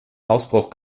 ausbruch